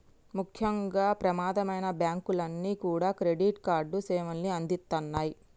ముఖ్యంగా ప్రమాదమైనా బ్యేంకులన్నీ కూడా క్రెడిట్ కార్డు సేవల్ని అందిత్తన్నాయి